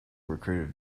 recruited